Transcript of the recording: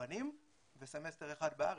מקוון וסמסטר אחד בארץ.